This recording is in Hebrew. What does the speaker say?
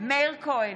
מאיר כהן,